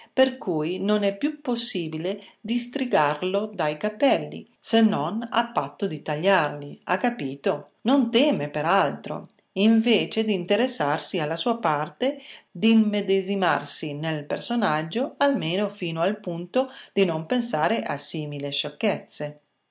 per cui non è più possibile distrigarlo dai capelli se non a patto di tagliarli ha capito non teme per altro invece d'interessarsi alla sua parte d'immedesimarsi nel personaggio almeno fino al punto di non pensare a simili sciocchezze